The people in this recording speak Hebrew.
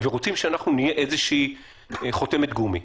ורוצים שנהיה איזושהי חותמת גומי.